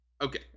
Okay